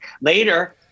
Later